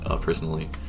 personally